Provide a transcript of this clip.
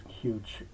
huge